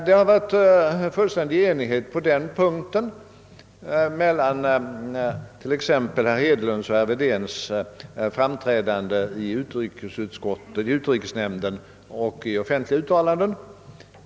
Det har rått fullständig enighet på den punkten i t.ex. herr Hedlunds och herr Wedéns framträdanden i utrikesnämnden och deras offentliga uttalanden.